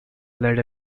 led